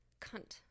Cunt